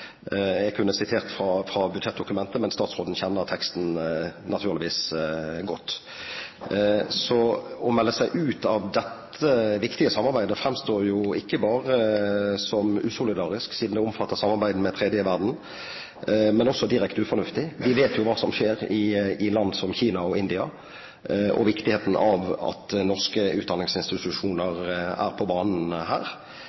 Jeg kunne sitert fra budsjettdokumentet, men statsråden kjenner naturligvis teksten godt. Å melde seg ut av dette viktige samarbeidet framstår ikke bare som usolidarisk, siden det omfatter samarbeid med den tredje verden, men også direkte ufornuftig. Vi vet jo hva som skjer i land som Kina og India og viktigheten av at norske utdanningsinstitusjoner er på banen her.